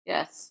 Yes